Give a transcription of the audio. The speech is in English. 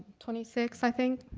twenty six, i think,